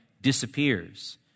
disappears